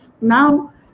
now